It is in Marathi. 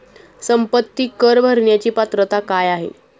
संपत्ती कर भरण्याची पात्रता काय आहे?